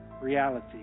reality